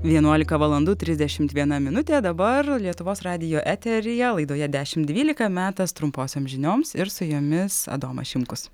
vienuolika valandų trisdešimt viena minutė dabar lietuvos radijo eteryje laidoje dešimt dvylika metas trumposioms žinioms ir su jomis adomas šimkus